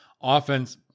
offense